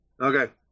Okay